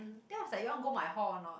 then I was like you want go my hall or not